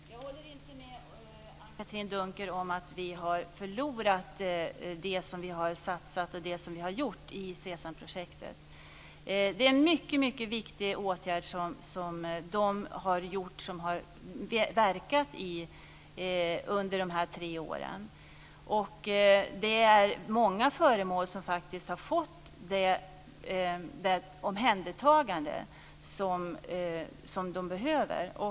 Fru talman! Jag håller inte med Anne-Katrine Dunker om att vi har förlorat det som vi har satsat och det som vi har gjort i SESAM-projektet. Det är en mycket viktig åtgärd som de har vidtagit som har verkat under dessa tre år. Det är många föremål som har fått det omhändertagande som de behöver.